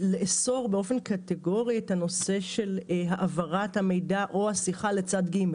לאסור באופן קטגורי את הנושא של העברת המידע או השיחה לצד ג'?